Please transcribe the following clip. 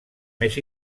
més